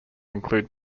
include